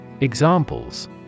Examples